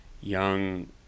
young